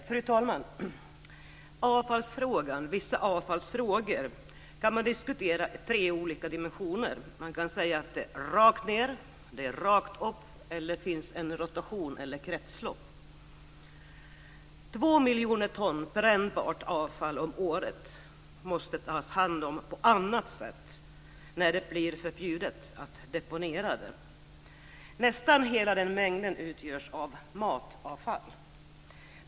Fru talman! Vissa avfallsfrågor kan diskuteras i tre olika dimensioner: rakt ned eller rakt upp eller också gäller det rotation eller kretslopp. 2 miljoner ton brännbart avfall om året måste tas om hand på annat sätt när det blir förbjudet att deponera avfallet. Nästan hela den mängden utgörs av matavfall.